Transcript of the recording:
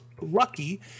lucky